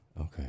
Okay